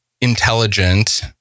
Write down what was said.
intelligent